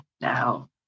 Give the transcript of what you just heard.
now